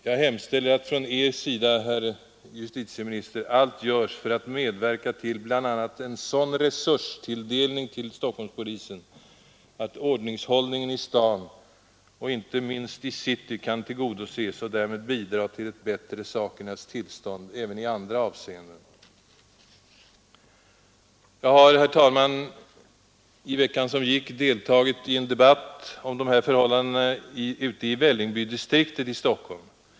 Jag hemställer att från Er sida allt görs för att medverka till bl.a. en sådan resurstilldelning till stockholmspolisen att ordningshållningen i staden och inte minst i city kan tillgodoses och därmed bidra till ett bättre sakernas tillstånd även i andra avseenden.” Jag har, herr talman, i veckan som gått deltagit i en debatt om dessa förhållanden i polisens Vällingbydistrikt i Stockholm.